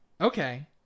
Okay